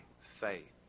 faith